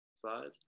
slide